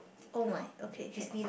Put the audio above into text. oh my okay can